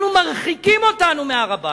אנחנו מרחיקים את עצמנו מהר-הבית.